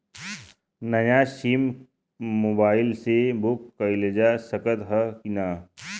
नया sim mobile से book कइलजा सकत ह कि ना?